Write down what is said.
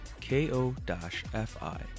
K-O-F-I